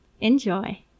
Enjoy